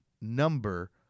number